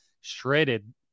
shredded